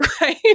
right